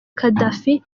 gaddafi